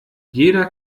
jeder